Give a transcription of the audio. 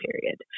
period